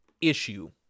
issue